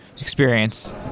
experience